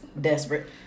Desperate